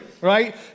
right